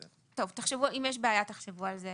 טוב, אם יש בעיה תחשבו על זה